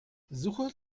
suche